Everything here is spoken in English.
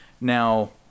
Now